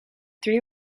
three